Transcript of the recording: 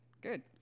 Good